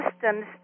systems